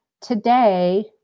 Today